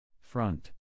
Front